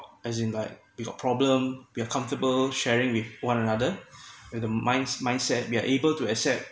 as in like we got problem we're comfortable sharing with one another with the minds~ mindset we're able to accept